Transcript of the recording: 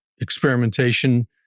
experimentation